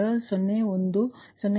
0103 ಕೋನ ಮೈನಸ್ 2